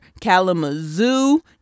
Kalamazoo